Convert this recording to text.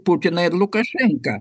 putiną ir lukašenką